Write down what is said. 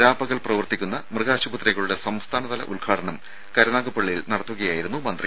രാപ്പകൽ പ്രവർത്തിക്കുന്ന മൃഗാശുപത്രികളുടെ സംസ്ഥാനതല ഉദ്ഘാടനം കരുനാഗപ്പള്ളിയിൽ നടത്തുകയായിരുന്നു മന്ത്രി